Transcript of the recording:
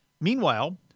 Meanwhile